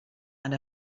and